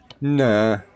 Nah